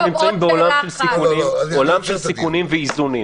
אנחנו נמצאים בעולם של סיכונים ואיזונים.